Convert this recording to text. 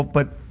but